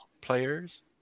players